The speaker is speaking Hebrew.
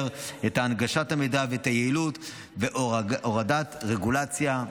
את הנגשת המידע ואת היעילות והורדת רגולציה.